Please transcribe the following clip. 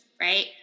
right